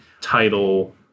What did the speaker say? Title